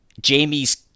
jamie's